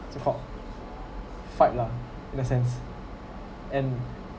so called fight lah in the sense and